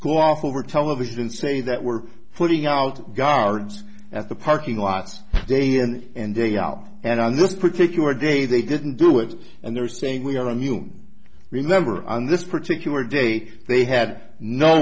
over television say that we're putting out guards at the parking lots day in and day out and on this particular day they didn't do it and they're saying we are on you remember on this particular day they had no